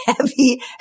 Heavy